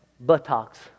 buttocks